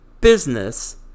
business